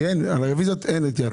כי אין, על הרוויזיות אין התייעצויות.